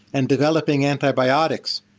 and developing antibiotics.